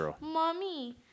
Mommy